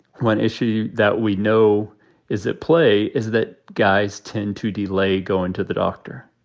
one issue that we know is at play is that guys tend to delay going to the doctor.